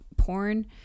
Porn